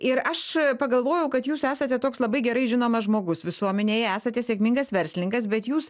ir aš pagalvojau kad jūs esate toks labai gerai žinomas žmogus visuomenėje esate sėkmingas verslininkas bet jūs